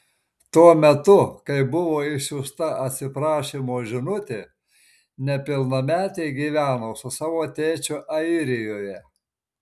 tuo metu kai buvo išsiųsta atsiprašymo žinutė nepilnametė gyveno su savo tėčiu airijoje